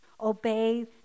obey